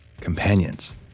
companions